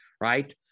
right